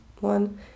one